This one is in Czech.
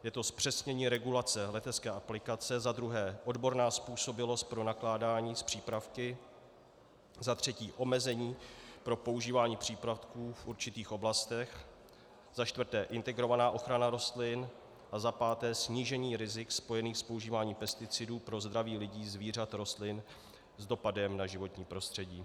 Je to zpřesnění regulace letecké aplikace, za druhé odborná způsobilost pro nakládání s přípravky, za třetí omezení pro používání přípravků v určitých oblastech, za čtvrté integrovaná ochrana rostlin a za páté snížení rizik spojených s používáním pesticidů pro zdraví lidí, zvířat, rostlin s dopadem na životní prostředí.